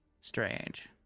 strange